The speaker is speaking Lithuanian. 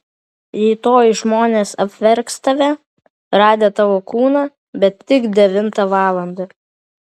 rytoj žmonės apverks tave radę tavo kūną bet tik devintą valandą